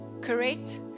Correct